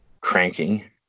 cranking